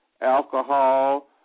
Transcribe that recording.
alcohol